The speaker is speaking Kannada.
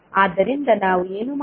ಆದ್ದರಿಂದ ನಾವು ಏನು ಮಾಡಬೇಕು